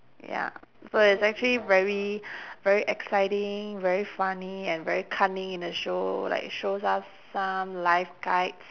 ya so it's actually very very exciting very funny and very cunning in the show like shows us some life guides